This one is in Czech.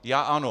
Já ano!